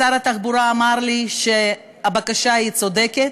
שר התחבורה אמר לי שהבקשה צודקת,